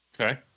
okay